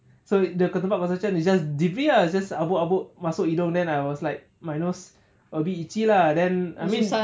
so the tempat construction is just debris ah then the habuk-habuk masuk hidung then I was like my nose a bit itchy lah then I mean